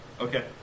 Okay